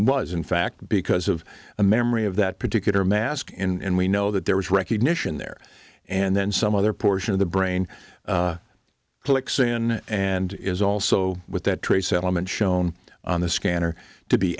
was in fact because of a memory of that particular mask in we know that there was recognition there and then some other portion of the brain clicks in and is also with that trace element shown on the scanner to be